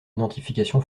identification